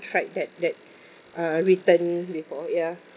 tried that that uh return before ya